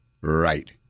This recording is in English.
Right